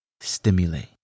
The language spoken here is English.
stimulate